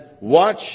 watch